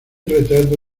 retrato